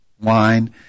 wine